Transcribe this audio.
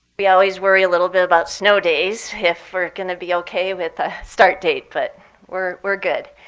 we always worry a little bit about snow days, if we're going to be ok with a start date. but we're we're good.